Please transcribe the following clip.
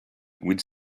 with